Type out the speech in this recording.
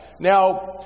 Now